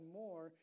more